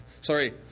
Sorry